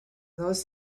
those